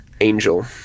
Angel